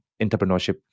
entrepreneurship